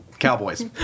Cowboys